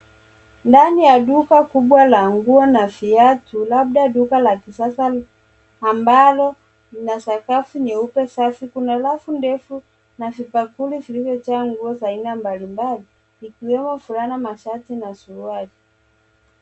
Ndani ya duka kubwa la nguo na viatu, labda duka la kisasa ambalo lina sakafu nyeupe safi. Kuna lafu ndefu na vibakuri vilivyo jaa nguo za aina mbalimbali, ikiwemo fulana na shati na suruali.